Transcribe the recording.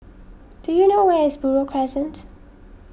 do you know where is Buroh Crescent